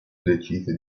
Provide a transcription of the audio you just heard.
decise